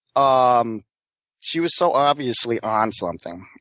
ah um she was so obviously on something,